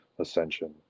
Ascension